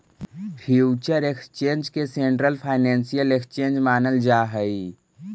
future exchange के central financial exchange मानल जा हइ